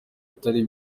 atari